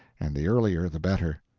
and the earlier the better.